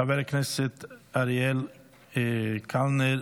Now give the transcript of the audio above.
חבר הכנסת אריאל קלנר,